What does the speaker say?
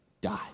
die